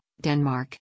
Denmark